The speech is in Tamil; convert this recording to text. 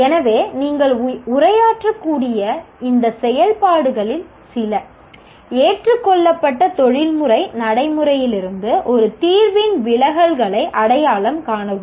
எனவே நீங்கள் உரையாற்றக்கூடிய இந்த செயல்பாடுகளில் சில ஏற்றுக்கொள்ளப்பட்ட தொழில்முறை நடைமுறையிலிருந்து ஒரு தீர்வின் விலகல்களை அடையாளம் காணவும்